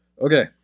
Okay